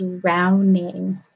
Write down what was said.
drowning